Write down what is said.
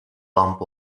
bump